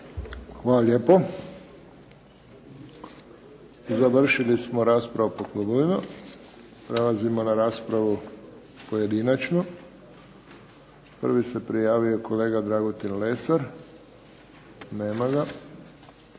Hvala lijepo. Završili smo raspravu po klubovima. Prelazimo na raspravu pojedinačno. Prvi se prijavio kolega Dragutin Lesar. Nema ga.